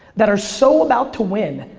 that are so about to win,